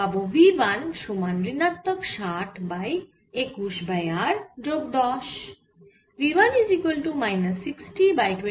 পাবো V 1 সমান ঋণাত্মক 60 বাই 21 বাই R যোগ 10